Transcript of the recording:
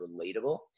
relatable